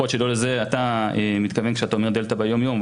יכול להיות שלא לזה אתה מתכוון כשאתה אומר דלתא ביום-יום,